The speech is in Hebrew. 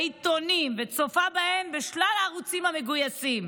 בעיתונים, וצופה בהן בשלל הערוצים המגויסים.